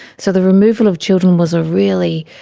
so the removal of children was a really,